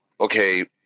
okay